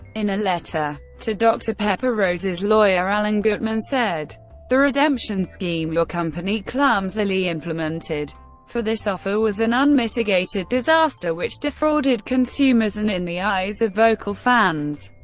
in a letter to dr pepper, rose's lawyer alan gutman said the redemption scheme your company clumsily implemented for this offer was an unmitigated disaster which defrauded consumers and, in the eyes of vocal fans,